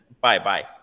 bye-bye